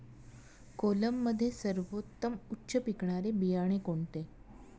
कोलममध्ये सर्वोत्तम उच्च पिकणारे बियाणे कोणते?